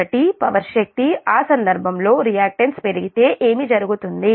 కాబట్టి పవర్ శక్తి ఆ సందర్భంలో రియాక్టెన్స్ పెరిగితే ఏమి జరుగుతుంది